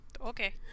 Okay